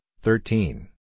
thirteen